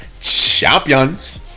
Champions